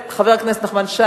חבר הכנסת נחמן שי,